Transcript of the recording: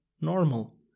normal